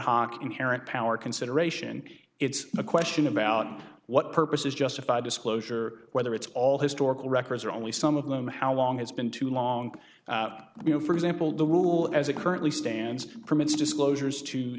hoc inherent power consideration it's a question about what purpose is justified disclosure whether it's all historical records or only some of them how long it's been too long you know for example the rule as it currently stands permits disclosures to